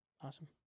Awesome